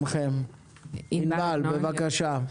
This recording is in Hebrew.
בבקשה.